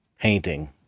painting